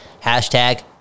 Hashtag